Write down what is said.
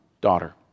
daughter